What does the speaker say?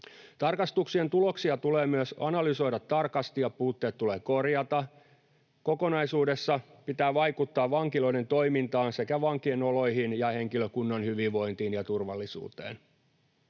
Tarkastuksien tuloksia tulee myös analysoida tarkasti, ja puutteet tulee korjata. Kokonaisuudessa pitää vaikuttaa vankiloiden toimintaan sekä vankien oloihin ja henkilökunnan hyvinvointiin ja turvallisuuteen.